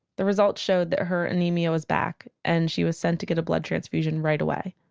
the results showed that her anemia was back and she was sent to get a blood transfusion right away.